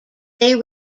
they